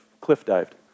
cliff-dived